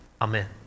amen